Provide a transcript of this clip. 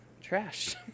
trash